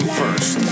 first